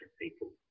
people